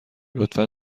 لطفا